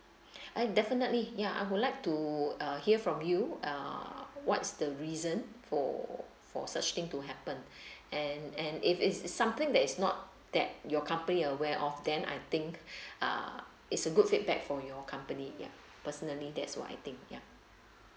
uh definitely yeah I would like to uh hear from you uh what is the reason for for such thing to happen and and if it is something that is not that your company aware of then I think ah it's a good feedback for your company yeah personally that's what I think yeah